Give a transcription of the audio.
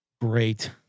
Great